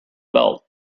belt